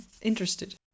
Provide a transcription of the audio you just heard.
interested